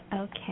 Okay